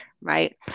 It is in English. Right